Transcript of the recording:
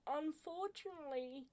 unfortunately